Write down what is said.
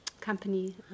company